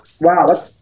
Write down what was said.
Wow